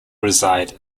reside